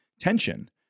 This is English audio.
tension